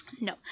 No